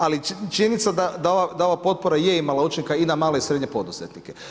Ali činjenica da ova potpora je imala učinka i na male i srednje poduzetnike.